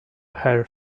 hair